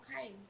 okay